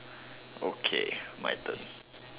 okay my turn